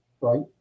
right